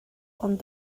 ond